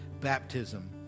baptism